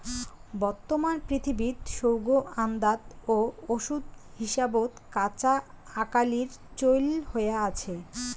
বর্তমান পৃথিবীত সৌগ আন্দাত ও ওষুধ হিসাবত কাঁচা আকালির চইল হয়া আছে